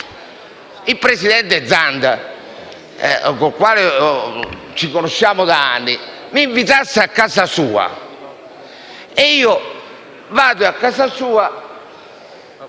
il presidente Zanda, con il quale ci conosciamo da anni, mi invitasse a casa sua e io lì parlassi